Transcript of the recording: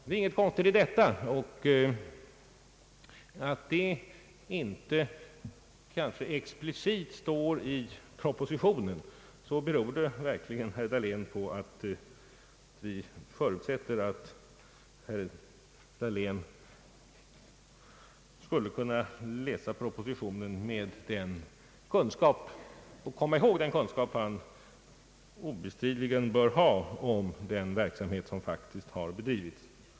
Det är inget konstigt i detta. Att det kanske inte explicit står i propositionen beror, herr Dahlén, på att vi förutsätter att bl.a. herr Dahlén kan läsa propositionen med den kunskap han obestridligen bör ha om den verksamhet som faktiskt har bedrivits.